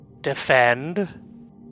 defend